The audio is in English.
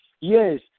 Yes